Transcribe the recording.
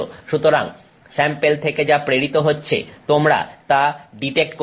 সুতরাং স্যাম্পেল থেকে যা প্রেরিত হচ্ছে তোমরা তা ডিটেক্ট করছে